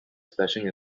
splashing